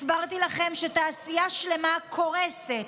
הסברתי לכם שתעשייה שלמה קורסת,